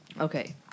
Okay